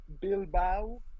Bilbao